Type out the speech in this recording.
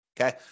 Okay